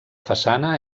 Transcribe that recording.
façana